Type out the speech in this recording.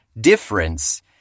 difference